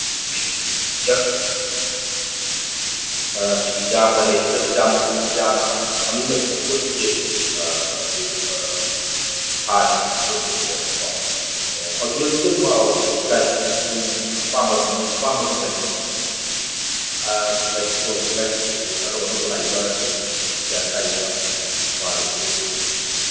ꯍꯥꯏꯗꯤ ꯎꯝ ꯑꯩꯈꯣꯏꯒꯤ ꯌꯥꯝꯅ ꯂꯩꯔꯤ ꯃꯇꯤꯛ ꯌꯥꯝꯅ ꯌꯥꯝꯅ ꯊꯝꯃꯤ ꯃꯇꯤꯛ ꯗꯤꯄꯣꯖꯤꯠꯁꯦ ꯊꯥꯒꯤ ꯄꯤꯛꯅ ꯍꯨꯜꯂꯦꯕꯀꯣ ꯑꯣ ꯑꯗꯨꯗꯁꯨ ꯑꯗꯨꯝ ꯍꯧꯖꯤꯛꯀꯤ ꯒꯥꯔꯤꯁꯤꯡꯁꯤ ꯑꯗꯨꯝ ꯑꯄꯥꯝꯕ ꯑꯗꯨꯝ ꯑꯄꯥꯝꯕ ꯑꯗꯨꯝ ꯂꯩꯀꯣ ꯂꯩꯀꯣ ꯍꯧꯖꯤꯛ ꯀꯥꯟꯒꯤꯁꯦ ꯑꯅꯧ ꯑꯅꯧꯕ ꯂꯥꯛꯏꯕ ꯁꯤꯛꯁ ꯖꯤ ꯀꯥꯏꯅ ꯂꯥꯛꯏꯕ ꯑꯦꯛꯁꯇꯤꯚꯥꯗꯁꯨ